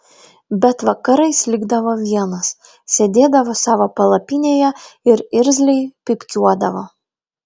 bet vakarais likdavo vienas sėdėdavo savo palapinėje ir irzliai pypkiuodavo